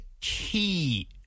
key